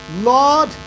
Lord